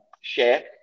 share